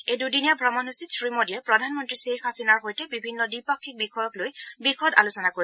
এই দুদিনীয়া ভ্ৰমণসূচীত শ্ৰীমোডীয়ে প্ৰধানমন্ত্ৰী ধ্বেইখ হাছিনাৰ সৈতে বিভিন্ন দ্বিপাক্ষিক বিষয়ক লৈ বিশদ আলোচনা কৰিব